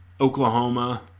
Oklahoma